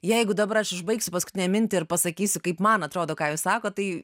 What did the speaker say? jeigu dabar aš užbaigsiu paskutinę mintį ir pasakysiu kaip man atrodo ką jūs sakot tai